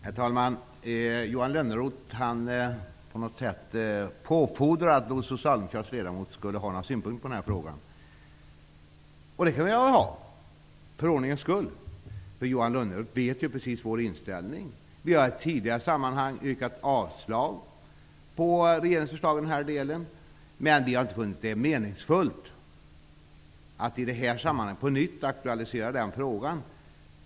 Herr talman! Johan Lönnroth uppfordrar de socialdemokratiska ledamöterna att ha synpunkter i denna fråga. Det kan vi väl ha, för ordningens skull. Men Johan Lönnroth känner väl till vår inställning. Vi har i tidigare sammanhang yrkat avslag på regeringsförslaget i denna del. Vi har dock inte funnit det meningsfullt att aktualisera frågan på nytt i detta sammanhang.